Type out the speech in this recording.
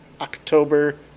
October